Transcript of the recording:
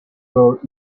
were